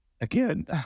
again